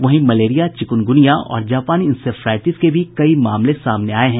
वहीं malaria chikungunya और जापानी इंसेफ्लाईटिस के भी कई मामले आए हैं